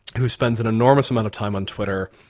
who spends an enormous amount of time on twitter,